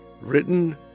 Written